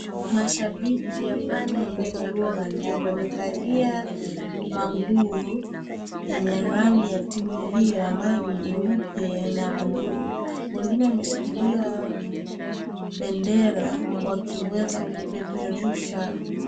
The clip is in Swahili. Mashabiki wa timu ambayo inaitwa Bandari. Wamevalia manguo yenye rangi ya timu hiyo ambayo ni nyeupe na buluu. Wengine wameshikilia bendera wakiweza kupeperusha.